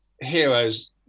heroes